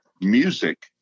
music